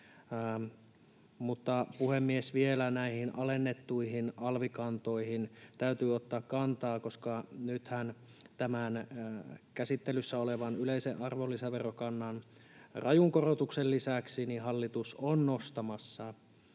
sitä. Puhemies! Vielä näihin alennettuihin alvikantoihin täytyy ottaa kantaa, koska nythän tämän käsittelyssä olevan yleisen arvonlisäverokannan rajun korotuksen lisäksi hallitus on nostamassa